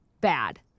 Bad